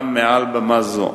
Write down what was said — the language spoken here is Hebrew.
גם מעל במה זו.